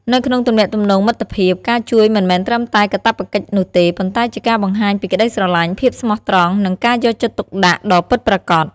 នៅក្នុងទំនាក់ទំនងមិត្តភាព ការជួយមិនមែនត្រឹមតែកាតព្វកិច្ចនោះទេ ប៉ុន្តែជាការបង្ហាញពីក្តីស្រឡាញ់ ភាពស្មោះត្រង់ និងការយកចិត្តទុកដាក់ដ៏ពិតប្រាកដ។